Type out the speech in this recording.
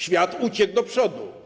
Świat uciekł do przodu.